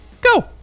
go